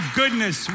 goodness